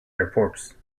airports